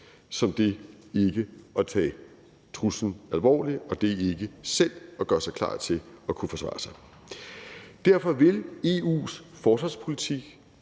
som det ikke at tage truslen alvorligt og det ikke selv at gøre sig klar til at kunne forsvare sig. Derfor vil EU's forsvarspolitik,